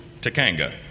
Takanga